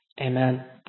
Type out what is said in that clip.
Amen